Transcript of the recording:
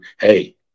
hey